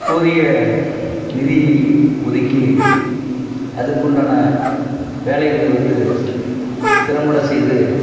போதிய நிதி ஒதுக்கி அதுக்குண்டான வேலைகளை வந்து திறம்பட செய்து